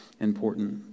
important